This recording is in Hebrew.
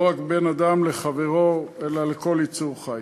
לא רק בין אדם לחברו אלא לכל יצור חי.